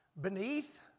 Beneath